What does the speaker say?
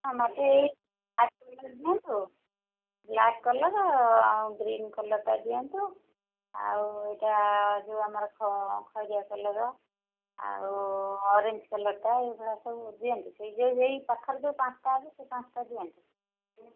ହଁ ମତେ ଏଇ କଲର୍ ଦିଅନ୍ତୁ ବ୍ଲାକ୍ କଲର୍ ଆଉ ଗ୍ରୀନ୍ କଲର୍ଟା ଦିଅନ୍ତୁ ଆଉ ଏଇଟା ଯେଉଁ ଆମର ଖଇରିଆ କଲର୍ ଆଉ ଅରେଞ୍ଜ କଲର୍ଟା ଏଇଭଳିଆ ସବୁ ଦିଅନ୍ତୁ ଏଇ ପାଖରେ ଯେଉଁ ପାଞ୍ଚଟା ଅଛି ସେଇ ପାଞ୍ଚଟା ଦିଅନ୍ତୁ